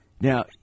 Now